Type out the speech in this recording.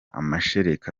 amashereka